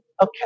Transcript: Okay